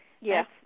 Yes